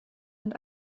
und